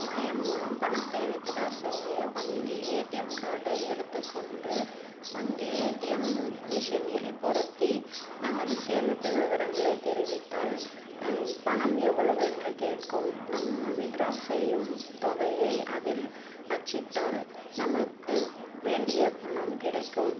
இணையம் மூலம் பணத்தை வித்ட்றா செய்ய வங்கி ஏடிஎம் கார்டை எடுத்துக்கொண்டு வங்கி ஏடிஎம் மிஷினில் பொருத்தி நமது சேமிப்பு விவரங்களை தெரிவித்தால் பணம் எவ்வளவு என்று கேட்கும் நாம் வித்ட்றா செய்யும் தொகையை அதில் அச்சிட்டால் நமக்கு வேண்டிய பணம் கிடைக்கும்